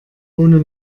ohne